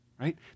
right